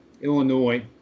Illinois